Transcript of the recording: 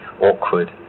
awkward